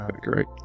Great